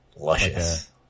Luscious